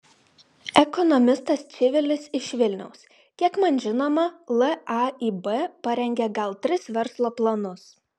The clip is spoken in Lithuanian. ekonomistas čivilis iš vilniaus kiek man žinoma laib parengė gal tris verslo planus